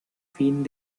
fin